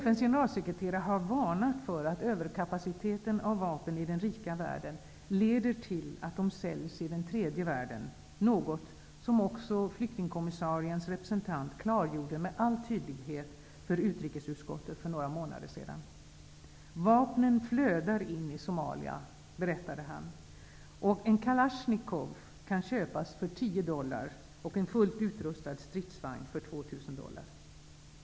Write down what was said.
FN:s generalsekreterare har varnat för att överkapaciteten av vapen i den rika världen leder till att de säljs i den tredje världen, något som också flyktingkommissariens representant med all tydlighet klargjorde för utrikesutskottet för några månader sedan. Han berättade att vapnen flödar in i Somalia och att en Kalasjnikov kan köpas för l0 dollar.